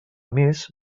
més